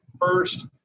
first